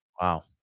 Wow